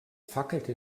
fackelte